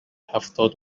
هفتاد